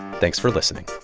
thanks for listening